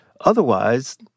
Otherwise